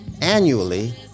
annually